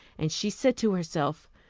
and she said to herself,